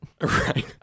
Right